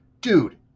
dude